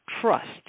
trust